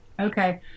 Okay